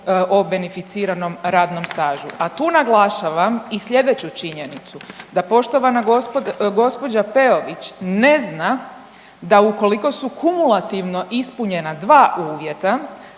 o beneficiranom radnom stažu, a tu naglašavam i slijedeću činjenicu da poštovana gđa. Peović ne zna da ukoliko su kumulativno ispunjena dva uvjeta,